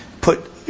put